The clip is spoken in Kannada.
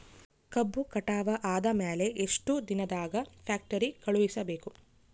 ಕಬ್ಬು ಕಟಾವ ಆದ ಮ್ಯಾಲೆ ಎಷ್ಟು ದಿನದಾಗ ಫ್ಯಾಕ್ಟರಿ ಕಳುಹಿಸಬೇಕು?